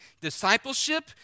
discipleship